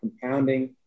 compounding